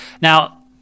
Now